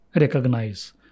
recognize